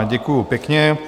Děkuju pěkně.